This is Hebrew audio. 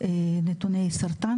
נתוני סרטן,